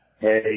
Hey